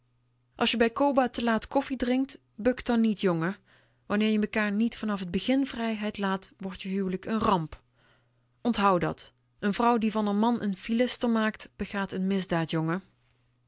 als je bij coba te laat koffiedrinkt buk dan niet jongen wanneer je mekaar niet vanaf t begin vrijheid laat wordt je huwelijk n ramp onthou dat n vrouw die van r man n filister maakt begaat n